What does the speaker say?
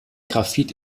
graphit